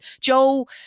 Joel